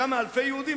כמה אלפי יהודים,